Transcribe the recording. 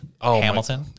Hamilton